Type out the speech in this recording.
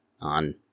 on